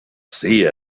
see